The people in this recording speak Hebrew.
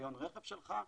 רישיון רכב שלך,